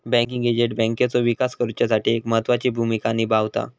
banking agent बँकेचो विकास करुच्यासाठी एक महत्त्वाची भूमिका निभावता